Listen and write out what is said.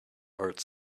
art